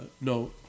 No